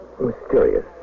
mysterious